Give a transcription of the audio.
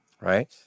right